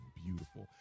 beautiful